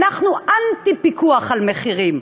אנחנו אנטי-פיקוח על מחירים,